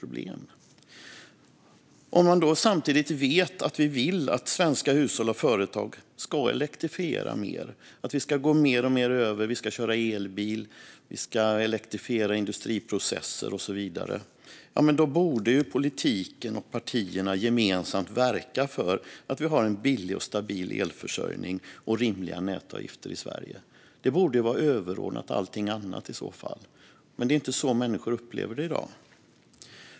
Om vi samtidigt vill att svenska hushåll och företag ska elektrifiera mer genom att köra elbil, elektrifiera industriprocesser och så vidare borde politiken och partierna gemensamt verka för att Sverige har en billig och stabil elförsörjning och rimliga nätavgifter. Det borde vara överordnat allt annat. Men så upplever inte människor det.